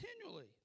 continually